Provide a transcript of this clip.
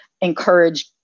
encourage